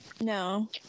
No